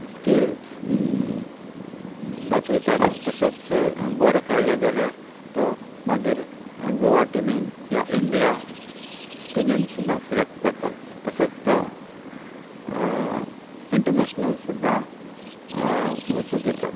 skills दाखयतात तशेंच बरो खेळ्ळो जाल्यार तो मागीर गोवा टिमीन या इंडिया टिमीन सुद्दां सिलेक्ट जाता तसोच तो इंटनेशनल सुद्दां वचूंक येता